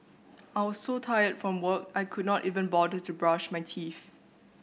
I was so tired from work I could not even bother to brush my teeth